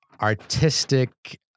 artistic